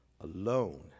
alone